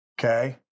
Okay